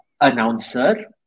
announcer